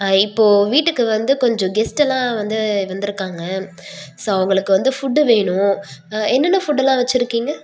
இப்போது வீட்டுக்கு வந்து கொஞ்சம் கெஸ்ட்டெல்லாம் வந்து வந்திருக்காங்க ஸோ அவங்களுக்கு வந்து ஃபுட்டு வேணும் என்னென்ன ஃபுட்டெல்லாம் வச்சுருக்கீங்க